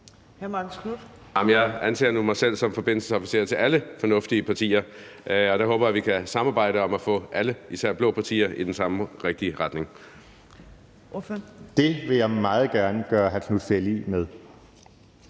Jeg anser nu mig selv som forbindelsesofficer til alle fornuftige partier, og der håber jeg, at vi kan samarbejde om at få alle, især blå partier, i den samme rigtige retning. Kl. 14:33 Tredje næstformand (Trine